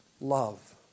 love